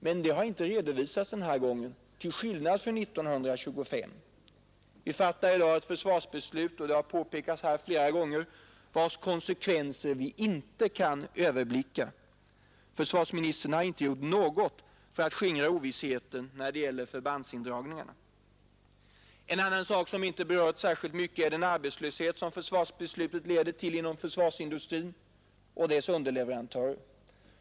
Men det har inte redovisats den här gången, till skillnad från 1925. Vi fattar i dag ett försvarsbeslut — det har påpekats här flera gånger —- vars konsekvenser vi inte kan överblicka. Försvarsministern har inte gjort något för att skingra ovissheten när det gäller förbandsindragningarna. En annan sak som inte berörts särskilt mycket är den arbetslöshet som försvarsbeslutet leder till inom försvarsindustrin och hos dess underleverantörer.